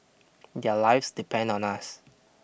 their lives depend on us